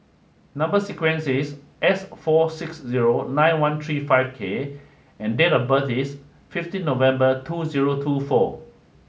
number sequence is S four six zero nine one three five K and date of birth is fifteen November two zero two four